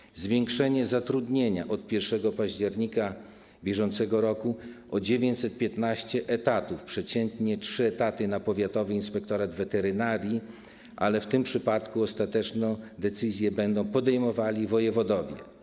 Nastąpi zwiększenie zatrudnienia od 1 października br. o 915 etatów, przeciętnie 3 etaty na powiatowy inspektorat weterynarii, ale w tym przypadku ostateczną decyzję będą podejmowali wojewodowie.